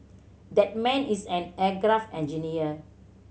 that man is an aircraft engineer